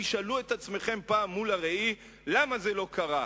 אם תשאלו את עצמכם פעם מול הראי, למה זה לא קרה?